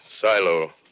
silo